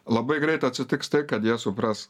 labai greit atsitiks tai kad jie supras